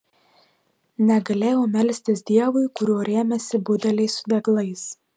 negalėjau melstis dievui kuriuo rėmėsi budeliai su deglais